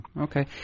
okay